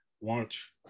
watch